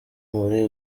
muri